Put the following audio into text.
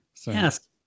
Yes